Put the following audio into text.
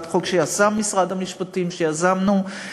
מכיוון שביום טעון כזה מייד נשמע פרשנויות